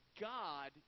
God